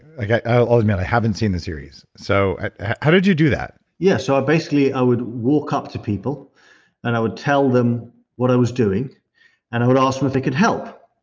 i i ah haven't seen the series, so how did you do that? yeah so basically, i would walk up to people and i would tell them what i was doing and i would ask them if they could help.